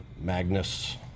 Magnus